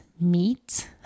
meat